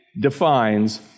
defines